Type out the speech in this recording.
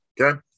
Okay